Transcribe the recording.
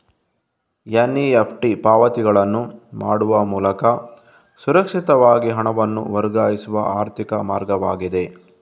NEFT ಪಾವತಿಗಳನ್ನು ಮಾಡುವ ಮೂಲಕ ಸುರಕ್ಷಿತವಾಗಿ ಹಣವನ್ನು ವರ್ಗಾಯಿಸುವ ಆರ್ಥಿಕ ಮಾರ್ಗವಾಗಿದೆ